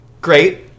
Great